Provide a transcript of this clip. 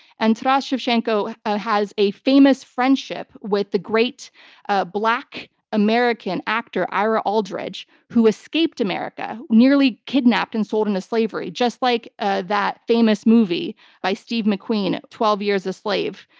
and taras shevchenko has a famous friendship with the great ah black american actor, ira aldridge, who escaped america, nearly kidnapped and sold into and slavery just like ah that famous movie by steve mcqueen, twelve years a slave.